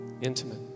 intimate